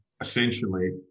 essentially